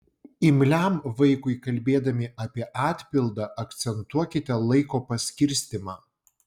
imliam vaikui kalbėdami apie atpildą akcentuokite laiko paskirstymą